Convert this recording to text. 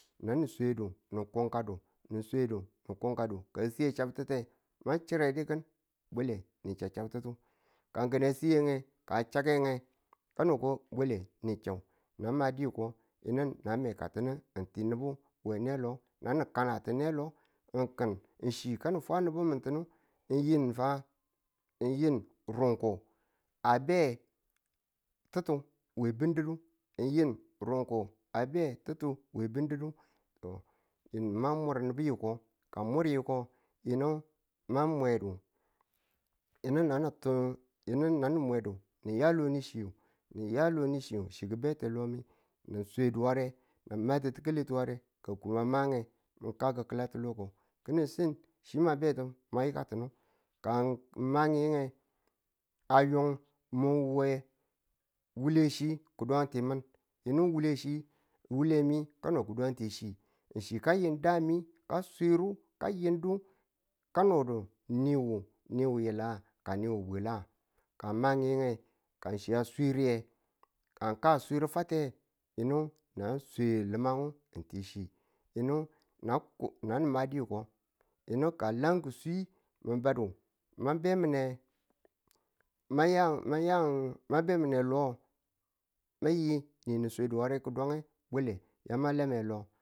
nani swedu ni kunkadu ng swedu ng kunkadu ka siye chabtutuye ma chire di kin ng bwale ni cha chabtutu ka ki̱n a siye ng ka a chakke nge kano ko bwale ni chau na madi yiko yinu na mekatunu ng ti nubu we nelo na kanati nelo ng kan ng chi yaning fwa nubu mi̱n ti ning fa ng yin fa rungko a be ti̱ttu we bi̱ndudu mwa mur nubu yiko ka ng mur yiko yinu ma mwedu yinu nanu mwedu niya lonichiu niya lonichiu chi ki̱ be te loni ni̱n swedu ware ni̱n ma ti ti̱kalitu ware ka kum a mange ka ki̱ ki̱latu loko ki̱ni si, chi ma betu ma yikatunu ka ng ma ng yin nge a yung mi̱n we wule chi kudun ti mi̱n yinu wule mi kano kudun ti chi. chi ka yin dami ka suiru ka yindu kanodu niwu ni wile nga ka ni wubwila nga? ka ng ma yinge ka chi swe a riya kaswedu fateyinu nan swe li̱mang ng ti chi nan ni̱ madiyiko yinu ka a lankiswi mi̱n badu ma bemi̱ne lo ma yi ni ni̱ swedu ware mi bwale bwale yama lame lo.